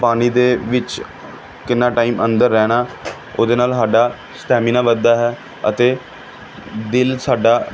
ਪਾਣੀ ਦੇ ਵਿੱਚ ਕਿੰਨਾ ਟਾਈਮ ਅੰਦਰ ਰਹਿਣਾ ਉਸ ਦੇ ਨਾਲ ਸਾਡਾ ਸਟੈਮਿਨਾ ਵਧਦਾ ਹੈ ਅਤੇ ਦਿਲ ਸਾਡਾ